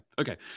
okay